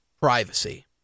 privacy